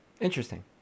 Interesting